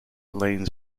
lanes